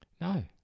No